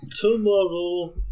Tomorrow